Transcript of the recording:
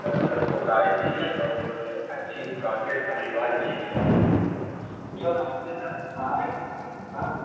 हाँ सर हमको गाय चाहिए और अच्छी गांडे साहिवाल चाहिए गाय सर आपके यहाँ गाय हाँ